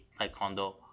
Taekwondo